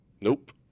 Nope